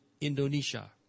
Indonesia